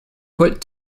put